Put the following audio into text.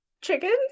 chickens